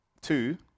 Two